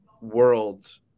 world